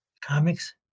comics